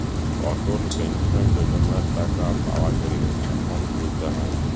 অটল pension যোজনার টাকা পাওয়া গেলে একাউন্ট খুলতে হয়